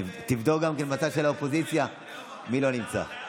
תבדוק גם בצד של האופוזיציה מי לא נמצא.